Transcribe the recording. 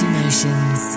Emotions